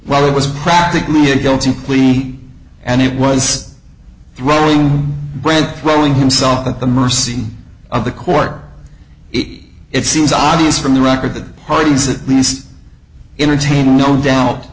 well it was practically a guilty plea and it was throwing brand throwing himself at the mercy of the court it it seems obvious from the record the parties at least entertaining no doubt